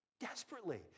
desperately